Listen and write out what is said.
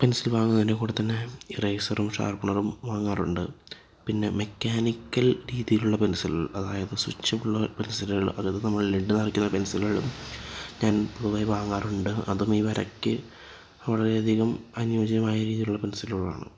pencil വാങ്ങുന്നതിന്റെ കൂടെ തന്നെ ഇറേസറും ഷാര്പ്പനറും വാങ്ങാറുണ്ട് പിന്നെ മെക്കാനിക്കല് രീതിയിലുള്ള പെന്സില് അതായത് സ്വിച്ച് ഉള്ള പെന്സിലുകള് അതായത് ലെഡ് നിറക്കുന്ന പെന്സിലുകൾ കുറേ വാങ്ങാറുണ്ട് അതും ഈ വരയ്ക് വളരെയധികം അനുയോജ്യമായ രീതിയിലുള്ള പെന്സിലുകളാണ്